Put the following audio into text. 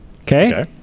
Okay